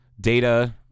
Data